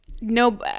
no